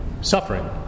suffering